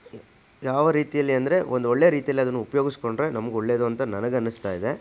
ಯಾವ ರೀತಿಯಲ್ಲಿ ಅಂದರೆ ಒಂದು ಒಳ್ಳೆಯ ರೀತಿಯಲ್ಲದನ್ನು ಉಪಯೋಗಿಸ್ಕೊಂಡ್ರೆ ನಮಗೆ ಒಳ್ಳೇದು ಅಂತ ನನಗೆ ಅನ್ನಿಸ್ತಾಯಿದೆ